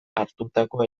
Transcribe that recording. hartutako